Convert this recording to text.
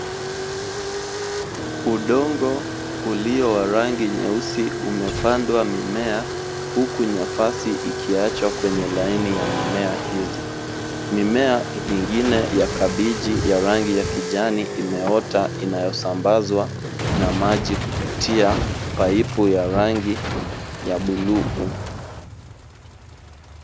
Udongo ulio na rangi nyeusi umepandwa mimea, huku nafasi ikiachwa kwenye laini ya mimea hizi. Mimea mingine ya kabichi ya rangi ya kijani imeota inayosambazwa na maji kupitia paipu ya rangi ya buluu.